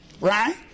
Right